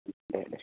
दे दे